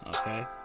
Okay